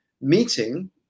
meeting